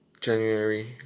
January